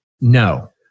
No